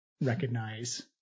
recognize